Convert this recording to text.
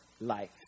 life